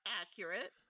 Accurate